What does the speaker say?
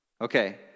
Okay